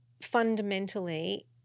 fundamentally